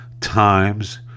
times